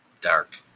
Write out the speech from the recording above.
dark